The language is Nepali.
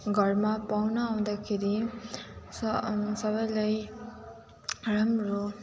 घरमा पाहुना आउँदाखेरि सअ सबैलाई राम्रो